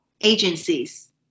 agencies